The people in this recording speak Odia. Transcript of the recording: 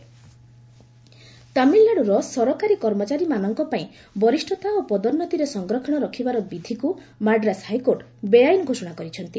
ମାଡ୍ରାସ ହାଇକୋର୍ଟ ତାମିଲନାଡୁର ସରକାରୀ କର୍ମଚାରୀ ମାନଙ୍କ ପାଇଁ ବରିଷ୍ଠତା ଓ ପଦୋନ୍ନତିରେ ସଂରକ୍ଷଣ ରଖିବାର ବିଧିକୁ ମାଡ୍ରାସ ହାଇକୋର୍ଟ ବେଆଇନ ଘୋଷଣା କରିଛନ୍ତି